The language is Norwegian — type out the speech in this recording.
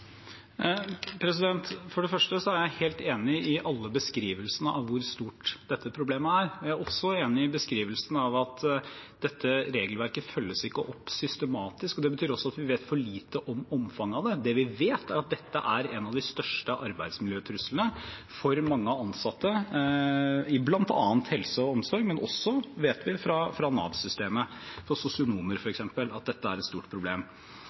For det første er jeg helt enig i hele beskrivelsen av hvor stort dette problemet er. Jeg er også enig i beskrivelsen av at dette regelverket ikke følges opp systematisk. Det betyr også at vi vet for lite om omfanget av det. Det vi vet, er at dette er en av de største arbeidsmiljøtruslene for mange ansatte i bl.a. helse- og omsorgssektoren, men også, vet vi, i Nav-systemet. For f.eks. sosionomer er dette et stort problem.